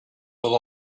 will